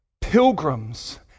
pilgrims